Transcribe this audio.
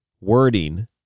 wording